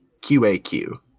QAQ